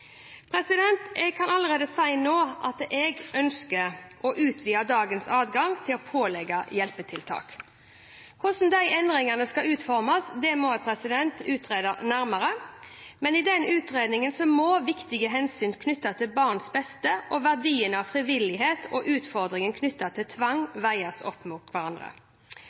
Jeg kan allerede nå si at jeg ønsker å utvide dagens adgang til å pålegge hjelpetiltak. Hvordan de endringene skal uformes, må jeg utrede nærmere. Men i den utredningen må viktige hensyn knyttet til barns beste, verdien av frivillighet og utfordringen knyttet til tvang veies opp mot hverandre.